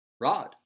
Rod